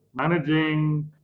managing